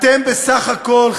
אתם בסך הכול,